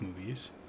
movies